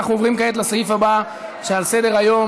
אנחנו עוברים כעת לסעיף הבא שעל סדר-היום,